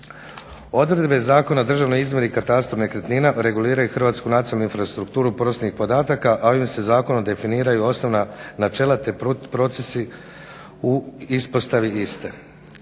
Odredbe Zakona o državnoj izmjeri i katastru nekretnina regulira i hrvatsku nacionalnu infrastrukturu prostornih podataka a ovim se Zakonom definiraju osnovna načela te procesi u ispostavi iste.